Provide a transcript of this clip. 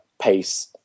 pace